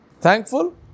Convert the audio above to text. thankful